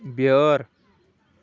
بیٲر